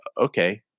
Okay